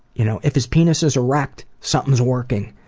you know if his penis is erect, something's working.